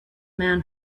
man